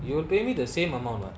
you would pay me the same amount lah